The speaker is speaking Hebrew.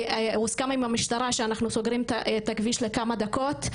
הוסכם עם המשטרה שאנחנו סוגרים את הכביש לכמה דקות,